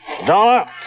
Dollar